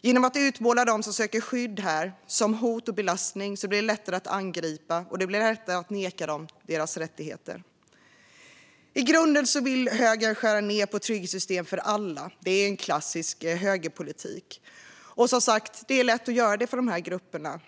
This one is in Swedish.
Genom att utmåla dem som söker skydd här som ett hot och en belastning blir de lättare att angripa, och det blir lättare att neka dem deras rättigheter. I grunden vill högern skära ned på trygghetssystemen för alla - det är klassisk högerpolitik - och det är som sagt lätt att göra det för de här grupperna.